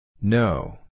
No